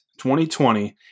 2020